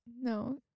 No